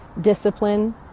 discipline